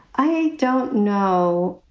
i don't know.